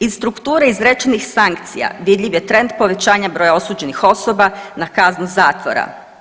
Iz strukture izrečenih sankcija, vidljiv je trend povećanja broja osuđenih osoba na kaznu zatvora.